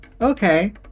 Okay